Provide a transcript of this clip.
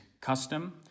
custom